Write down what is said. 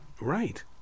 Right